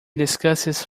discusses